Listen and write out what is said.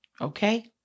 Okay